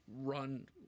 run